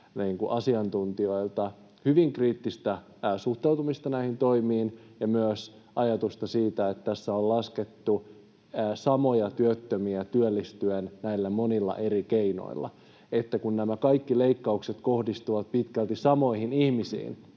työmarkkina-asiantuntijoilta hyvin kriittistä suhtautumista näihin toimiin ja myös ajatusta siitä, että tässä on laskettu samojen työttömien työllistyvän näillä monilla eri keinoilla. Eli kun nämä kaikki leikkaukset kohdistuvat pitkälti samoihin ihmisiin,